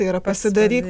tai yra pasidaryk